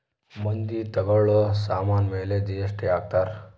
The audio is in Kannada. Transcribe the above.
ಮಂದಿ ತಗೋಳೋ ಸಾಮನ್ ಮೇಲೆ ಜಿ.ಎಸ್.ಟಿ ಹಾಕ್ತಾರ್